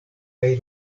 kaj